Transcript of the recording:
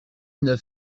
neuf